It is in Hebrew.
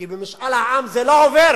כי במשאל העם זה לא עובר,